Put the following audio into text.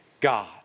God